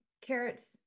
carrots